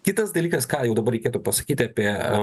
kitas dalykas ką jau dabar reikėtų pasakyti apie